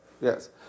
Yes